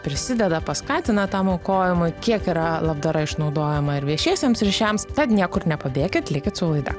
prisideda paskatina tam aukojimui kiek yra labdara išnaudojama ir viešiesiems ryšiams tad niekur nepabėkit likit su laida